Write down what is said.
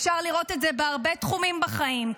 אפשר לראות את זה בהרבה תחומים בחיים.